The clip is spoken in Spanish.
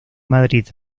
madrid